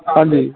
ਹਾਂਜੀ